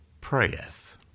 prayeth